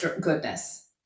goodness